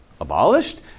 abolished